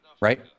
right